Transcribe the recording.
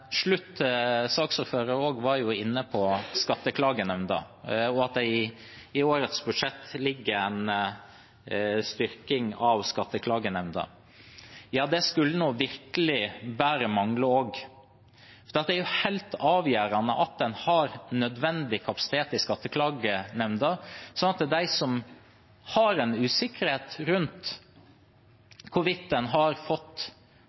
slutt: Saksordføreren var også inne på skatteklagenemnda, og at det i årets budsjett ligger en styrking av skatteklagenemnda. Det skulle virkelig bare mangle. Det er helt avgjørende at man har nødvendig kapasitet i skatteklagenemnda, slik at de som er usikre på om de har fått